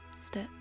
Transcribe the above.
step